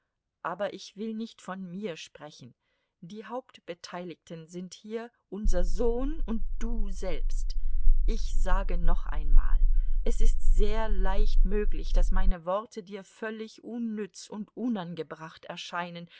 aber ich will nicht von mir sprechen die hauptbeteiligten sind hier unser sohn und du selbst ich sage noch einmal es ist sehr leicht möglich daß meine worte dir völlig unnütz und unangebracht erscheinen